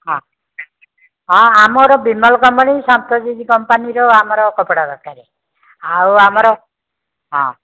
ହଁ ହଁ ଆମର ବିମଲ୍ କମ୍ପାନୀ ସତ୍ୟଜିତ୍ କମ୍ପାନୀର ଆମର କପଡ଼ା ଦରକାର ଆଉ ଆମର ହଁ